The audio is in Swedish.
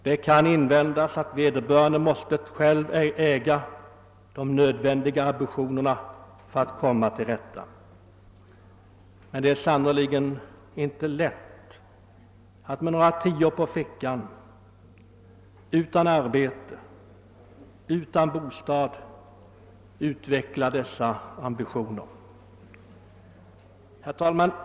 Det kan invändas att vederbörande själv måste äga de nödvändiga ambitionerna för att komma till rätta, men det är sannerligen inte lätt att med några tior på fickan, utan arbete och utan bostad utveckla dessa ambitioner.